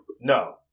No